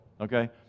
Okay